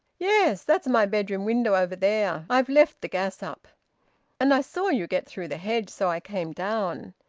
yes. that's my bedroom window over there i've left the gas up and i saw you get through the hedge. so i came down.